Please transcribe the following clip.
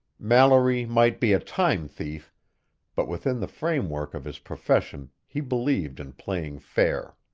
mallory might be a time-thief but within the framework of his profession he believed in playing fair.